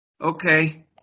okay